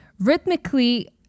Rhythmically